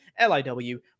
Liw